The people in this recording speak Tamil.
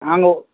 நாங்கள்